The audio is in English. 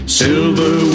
silver